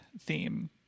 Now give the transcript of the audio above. theme